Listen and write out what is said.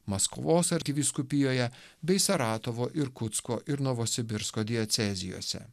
maskvos arkivyskupijoje bei saratovo irkutsko ir novosibirsko diecezijose